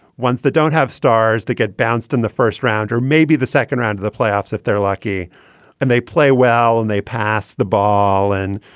ones that don't have stars that get bounced in the first round or maybe the second round of the playoffs if they're lucky and they play well and they pass the ball. and,